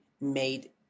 made